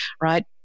Right